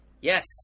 Yes